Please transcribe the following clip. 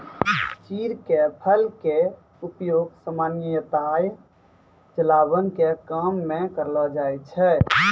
चीड़ के फल के उपयोग सामान्यतया जलावन के काम मॅ करलो जाय छै